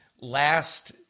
last